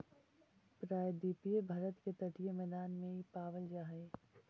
प्रायद्वीपीय भारत के तटीय मैदान में इ पावल जा हई